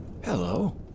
Hello